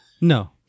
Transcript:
No